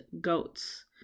goats